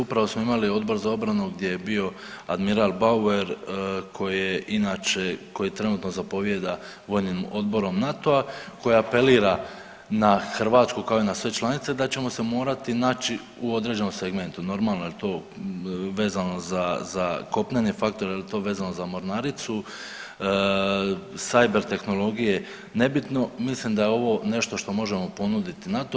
Upravo smo imali Odbor za obranu gdje je bio admiral Bauer koji je inače, koji trenutno zapovijeda vojnim Odborom NATO-a, koji apelira na Hrvatsku kao i na sve članice da ćemo se morati naći u određenom segmentu, normalno jel to vezano za, za kopneni faktor, jel to vezano za mornaricu, cyber tehnologije, nebitno, mislim da je ovo nešto što možemo ponuditi NATO.